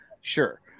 Sure